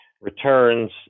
returns